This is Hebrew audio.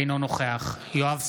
אינו נוכח יואב סגלוביץ'